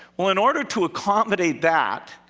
well in order to accommodate that,